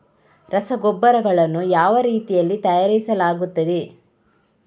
ರಸಗೊಬ್ಬರಗಳನ್ನು ಯಾವ ರೀತಿಯಲ್ಲಿ ತಯಾರಿಸಲಾಗುತ್ತದೆ?